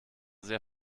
sehr